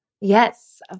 Yes